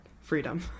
freedom